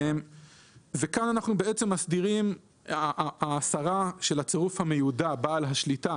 אנחנו מסדירים בהסרה של הצירוף המיודע בעל השליטה